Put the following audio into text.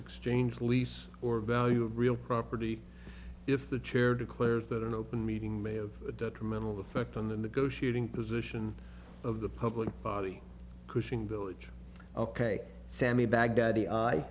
exchange lease or value of real property if the chair declares that an open meeting may have a detrimental effect on the negotiating position of the public body cushing village ok sammy baghdadi i